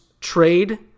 trade